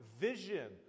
vision